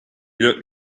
looked